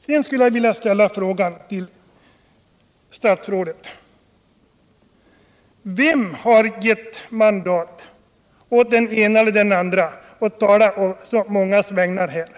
Sedan skulle jag vilja ställa frågan till statsrådet: Vem har gett mandat åt den ena eller den andra att tala på de mångas vägnar här?